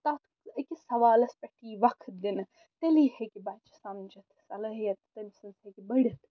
تَتھ أکِس سوالَس پٮ۪ٹھ یی وَقت دِنہٕ تیٚلے ہیٚکہِ بَچہِ سَمجِتھ صلٲحیت تٔمۍ سٕنٛز ہیٚکہِ بٔڑِتھ